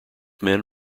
men